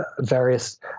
various